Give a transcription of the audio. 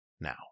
Now